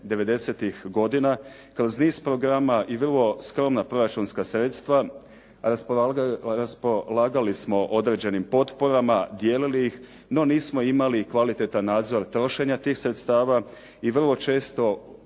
kroz niz programa i vrlo skromna proračunska sredstva raspolagali smo određenim potporama, dijelili ih no nismo imali kvalitetan nadzor trošenja tih sredstava i vrlo često ako